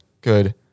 good